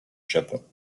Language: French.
japon